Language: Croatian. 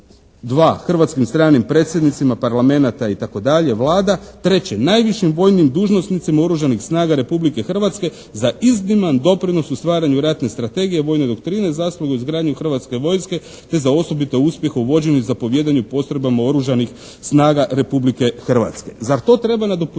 hrvatskim stranim predsjednicima parlamenata itd., Vlada. Treće, najvišim vojnim dužnosnicima oružanih snaga Republike Hrvatske za izniman doprinos u stvaranju ratne strategije, vojne doktrine, zaslugu izgradnju Hrvatske vojske te za osobito uspjeh u vođenju i zapovijedanju postrojbama oružanih snaga Republike Hrvatske. Zar to treba nadopunjavati